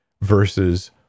versus